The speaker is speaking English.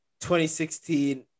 2016